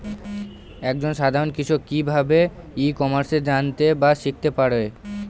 এক জন সাধারন কৃষক কি ভাবে ই কমার্সে জানতে বা শিক্ষতে পারে?